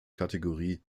kategorie